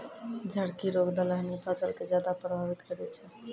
झड़की रोग दलहनी फसल के ज्यादा प्रभावित करै छै